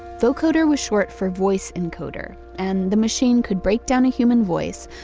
vocoder was short for voice encoder, and the machine could break down a human voice,